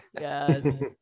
Yes